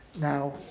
Now